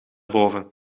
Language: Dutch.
boven